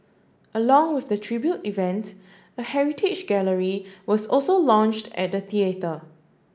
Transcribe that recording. along with the tribute event a heritage gallery was also launched at the theatre